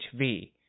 HV